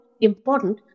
important